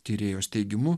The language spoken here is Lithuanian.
tyrėjos teigimu